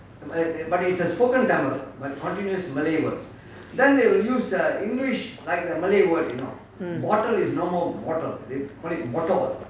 mm